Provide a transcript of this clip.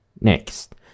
next